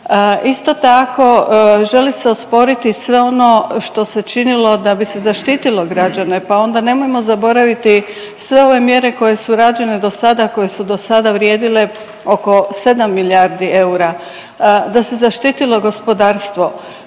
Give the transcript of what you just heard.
Isto tako, želi se osporiti sve ono što se činilo da bi se zaštitilo građane, pa onda nemojmo zaboraviti sve ove mjere koje su rađene do sada, koje su do sada vrijedile oko 7 milijardi eura, da se zaštitilo gospodarstvo,